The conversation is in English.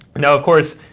now of course,